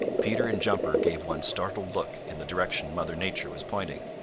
peter and jumper gave one startled look in the direction mother nature was pointing.